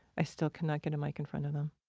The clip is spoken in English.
i still cannot get a mic in front of them.